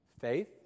Faith